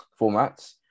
formats